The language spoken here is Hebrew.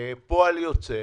מדינה מאושר.